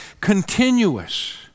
continuous